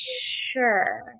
sure